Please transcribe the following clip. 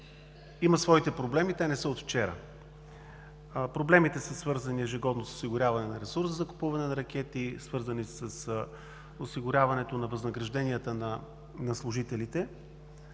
има своите проблеми и те не са от вчера. Проблемите са свързани с ежегодно осигуряване на ресурс за купуване на ракети, свързани са с осигуряването на възнагражденията на служителите.